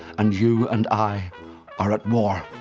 and you and i are at war.